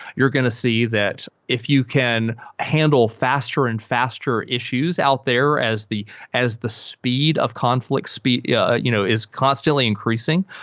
you're going to see that if you can handle faster and faster issues out there as the as the speed of conflict yeah you know is constantly increasing,